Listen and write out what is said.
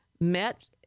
met